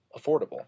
affordable